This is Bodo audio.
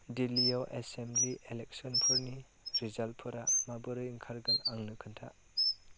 दिल्लीयाव एसेमब्लि इलेक्स'नफोरनि रिजाल्टफोरा माबोरै ओंखारगोन आंनो खिन्था